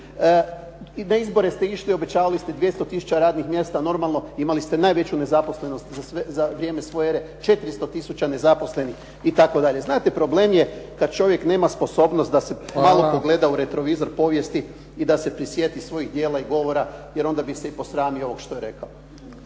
na izbore ste išli, obećavali ste 200 tisuća radnih mjesta, normalno imali ste najveću nezaposlenost za vrijeme svoje ere, 400 tisuća nezaposlenih. Itd. Znate, problem je kada čovjek nema sposobnost da se malo pogleda u retrovizor povijesti i da se prisjeti svojih dijela i govora jer onda bi se i posramio ovoga što je rekao.